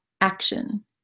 action